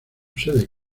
sede